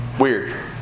Weird